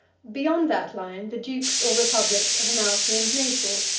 beyond that line, the dukes or republics of amalfi and naples,